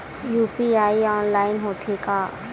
UPI online होथे का?